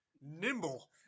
nimble